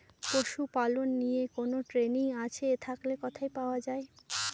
পশুপালন নিয়ে কোন ট্রেনিং আছে থাকলে কোথায় পাওয়া য়ায়?